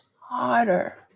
harder